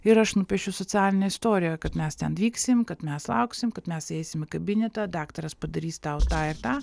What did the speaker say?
ir aš nupiešiu socialinę istoriją kad mes ten vyksim kad mes lauksim kad mes eisim kabinetą daktaras padarys tau tą ir tą